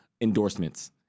endorsements